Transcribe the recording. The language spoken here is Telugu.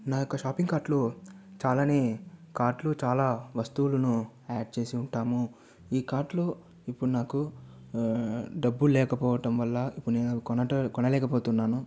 నాకు షాపింగ్ కార్ట్ లో చాలానే కార్ట్లు చాలా వస్తువులను యాడ్ చేసి ఉంటాము ఈ కార్ట్లు ఇప్పుడు నాకు డబ్బు లేకపోవడం వలన ఇప్పుడు నేనవి కొనట కొనలేకపోతున్నాను